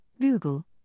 Google